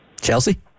Chelsea